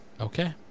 Okay